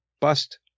bust